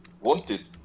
wanted